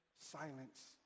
silence